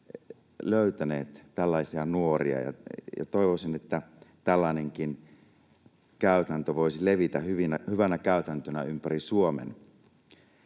löytäneet tällaisia nuoria, ja toivoisin, että tällainenkin käytäntö voisi levitä hyvänä käytäntönä ympäri Suomen.